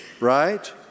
right